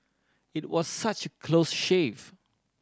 it was such close shave